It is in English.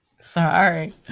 Sorry